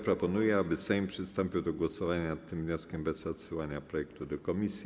Proponuję, aby Sejm przystąpił do głosowania nad tym wnioskiem bez odsyłania projektu do komisji.